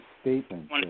statement